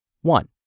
One